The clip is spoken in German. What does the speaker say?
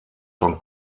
von